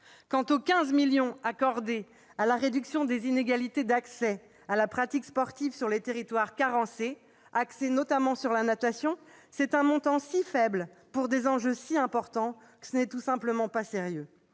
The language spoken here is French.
Quant aux 15 millions d'euros accordés à la réduction des inégalités d'accès à la pratique sportive sur les territoires carencés, axés notamment sur la natation, ce montant est si faible pour des enjeux si importants que cela n'est tout simplement pas sérieux.